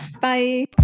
Bye